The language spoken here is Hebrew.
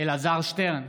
אלעזר שטרן,